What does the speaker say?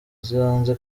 z’ibanze